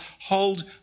hold